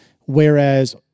Whereas